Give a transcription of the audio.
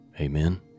Amen